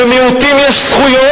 למיעוטים יש זכויות,